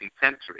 century